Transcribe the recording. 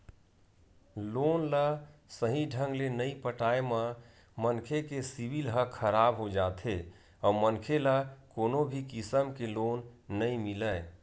loan ल सहीं ढंग ले नइ पटाए म मनखे के सिविल ह खराब हो जाथे अउ मनखे ल कोनो भी किसम के लोन नइ मिलय